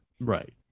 Right